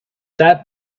that